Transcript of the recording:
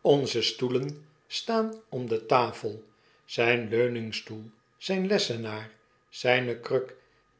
onze stoelen staan om de tafel zyn leuningstoel zyn lessenaar zjjne kruk